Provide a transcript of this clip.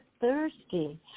thirsty